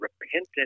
repentant